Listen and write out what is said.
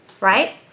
right